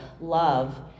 love